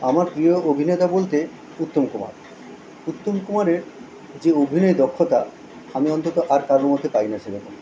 আমার প্রিয় অভিনেতা বলতে উত্তম কুমার উত্তম কুমারের যে অভিনয় দক্ষতা আমি অন্তত আর কারোর মধ্যে পাই না সেরকম